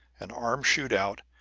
an arm shoot out,